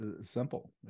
simple